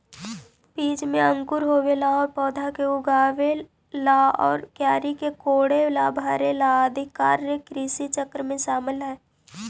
बीज में अंकुर होवेला आउ पौधा के उगेला आउ क्यारी के कोड़के भरेला आदि कार्य कृषिचक्र में शामिल हइ